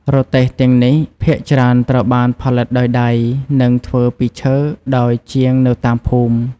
រទេះទាំងនេះភាគច្រើនត្រូវបានផលិតដោយដៃ និងធ្វើពីឈើដោយជាងនៅតាមភូមិ។